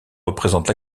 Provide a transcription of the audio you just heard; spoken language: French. représente